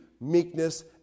meekness